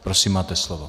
Prosím máte slovo.